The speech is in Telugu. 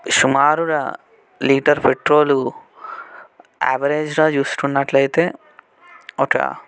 సుమారుగా లీటర్ పెట్రోల్ ఆవరేజ్గా చూసుకున్నట్లయితే ఒక